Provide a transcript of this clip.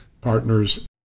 partners